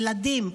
ילדים,